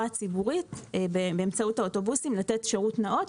הציבורית באמצעות האוטובוסים לתת שירות נאות,